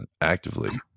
actively